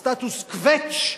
סטטוס-קוועץ'